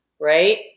right